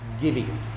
giving